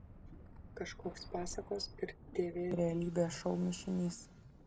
kažkoks pasakos ir tv realybės šou mišinys